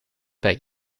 bij